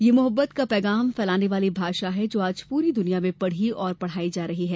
यह मोहब्बत का पैगाम फैलाने वाली भाषा है जो आज पूरी दुनिया में पढ़ी और पढ़ाई जा रही है